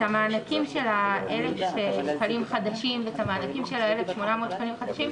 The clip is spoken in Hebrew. כולם מקבלים את המענקים של 1,000 שקלים חדשים ו-1,800 שקלים חדשים,